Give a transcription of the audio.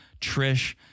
Trish